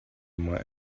might